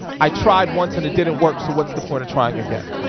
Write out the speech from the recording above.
i tried once and it didn't work so what's the point in trying again?